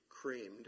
creamed